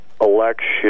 election